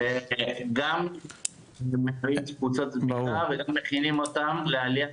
שגם מקבלים קבוצות תמיכה וגם מכינים אותם לעלייה